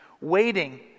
Waiting